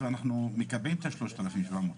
ואנחנו מקבעים את ה-3,700.